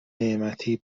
نعمتی